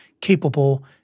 capable